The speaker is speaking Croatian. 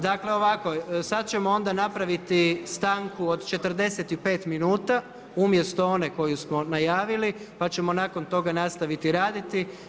Dakle ovako sada ćemo napraviti stanku od 45 minuta umjesto one koju smo najavili pa ćemo nakon toga nastaviti raditi.